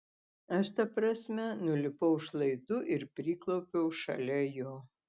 aš ta prasme nulipau šlaitu ir priklaupiau šalia jo